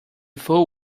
fool